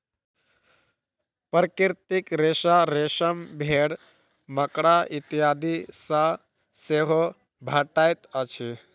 प्राकृतिक रेशा रेशम, भेंड़, मकड़ा इत्यादि सॅ सेहो भेटैत अछि